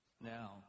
Now